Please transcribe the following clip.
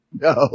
No